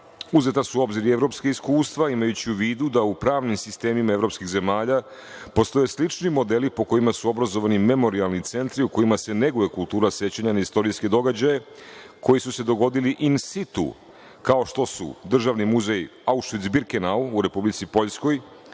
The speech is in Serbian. uzeta su u obzir evropska iskustva, imajući u vidu da u pravnim sistemima evropskih zemalja postoje slični modeli po kojima su obrazovani memorijalni centri u kojima se neguje kultura sećanja na istorijske događaje koji su se dogodili In situ, kao što su Državni muzej Aušvic-Birkenau u Republici Poljskoj,